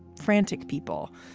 frantic people,